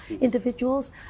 individuals